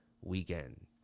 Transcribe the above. weekend